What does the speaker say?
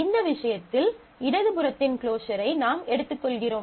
இந்த விஷயத்தில் இடது புறத்தின் க்ளோஸரை நாம் எடுத்துக்கொள்கிறோம்